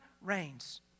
reigns